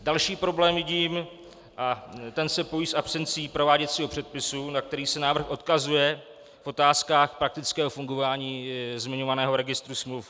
Další problém se pojí s absencí prováděcího předpisu, na který se návrh odkazuje v otázkách praktického fungování zmiňovaného registru smluv.